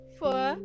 four